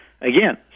again